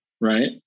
right